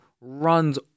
runs